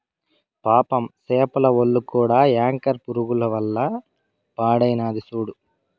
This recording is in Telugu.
పాపం సేపల ఒల్లు కూడా యాంకర్ పురుగుల వల్ల పాడైనాది సూడు